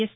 yes